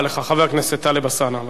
חבר הכנסת טלב אלסאנע, בבקשה.